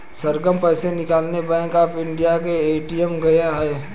सरगम पैसे निकालने bank of India के ए.टी.एम गई है